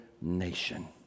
nation